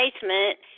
basement